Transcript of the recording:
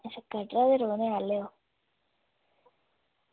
अच्छा कटरा दे रौह्ने आह्ले ओ